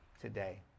today